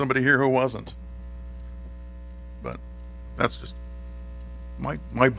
somebody here who wasn't but that's just my